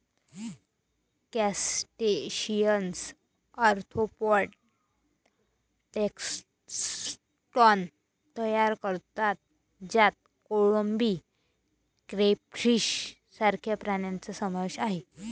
crustaceans arthropod taxon तयार करतात ज्यात कोळंबी, क्रेफिश सारख्या प्राण्यांचा समावेश आहे